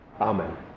Amen